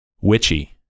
witchy